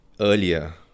earlier